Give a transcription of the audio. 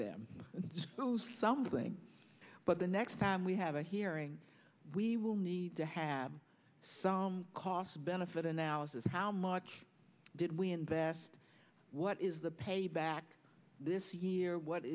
disclose something but the next time we have a hearing we will need to have some cost benefit analysis how much did we invest what is the payback this year what